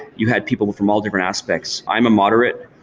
you had people from all different aspects. i'm a moderate.